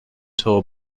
tour